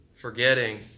forgetting